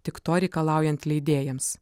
tik to reikalaujant leidėjams